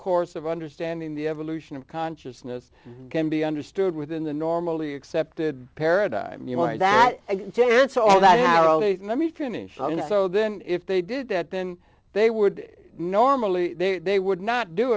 course of understanding the evolution of consciousness can be understood within the normally accepted paradigm you want that so that let me finish so then if they did that then they would normally they would not do